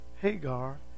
Hagar